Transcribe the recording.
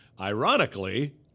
Ironically